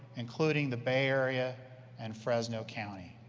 including the bay area and fresno county.